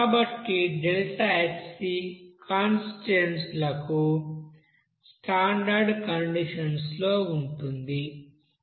కాబట్టి ΔHc constituents లకు standard conditions లో ఉంటుంది